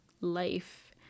life